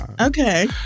Okay